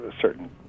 certain